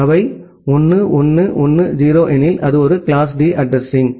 அவை 1 1 1 0 எனில் அது ஒரு கிளாஸ் D அட்ரஸிங்